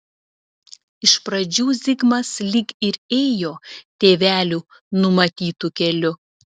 iš pradžių zigmas lyg ir ėjo tėvelių numatytu keliu